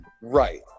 Right